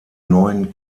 neuen